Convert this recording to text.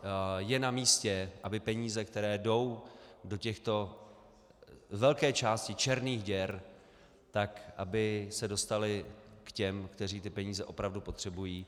Je na místě, aby peníze, které jdou do těchto z velké části černých děr, aby se dostaly k těm, kteří ty peníze opravdu potřebují.